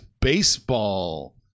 Baseball